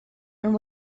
and